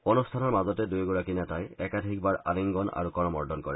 অনুষ্ঠানৰ মাজতে দূয়োগৰাকী নেতাই একাধিকবাৰ আলিংগন আৰু কৰমৰ্দন কৰে